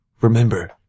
Remember